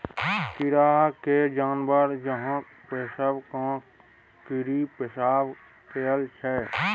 कीरा केँ जानबर जकाँ पोसब केँ कीरी पोसब कहय छै